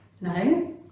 no